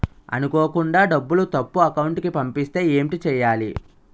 అనుకోకుండా డబ్బులు తప్పు అకౌంట్ కి పంపిస్తే ఏంటి చెయ్యాలి?